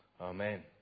Amen